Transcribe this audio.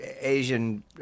Asian